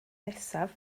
nesaf